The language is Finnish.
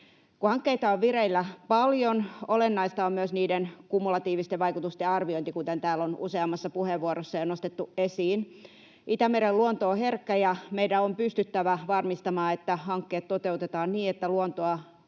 Kun hankkeita on vireillä paljon, olennaista on myös niiden kumulatiivisten vaikutusten arviointi, kuten täällä on useammassa puheenvuorossa jo nostettu esiin. Itämeren luonto on herkkä, ja meidän on pystyttävä varmistamaan, että hankkeet toteutetaan niin, että luontoa